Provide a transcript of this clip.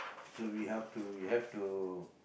so we have to we have to